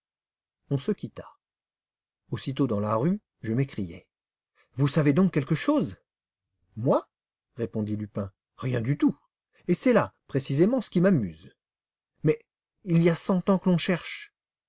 on se quitta aussitôt dans la rue je m'écriai vous savez donc quelque chose moi répondit lupin rien du tout et c'est là précisément ce qui m'amuse mais il y a cent ans que l'on cherche